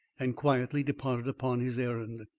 and quietly departed upon his errand.